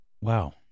wow